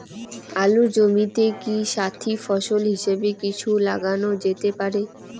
আলুর জমিতে কি সাথি ফসল হিসাবে কিছু লাগানো যেতে পারে?